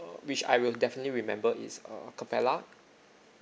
uh which I will definitely remember it's uh capella